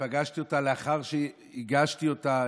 שפגשתי אותה לאחר שהגשתי אותה,